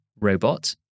Robot